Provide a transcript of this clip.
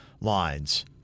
lines